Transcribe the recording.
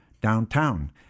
downtown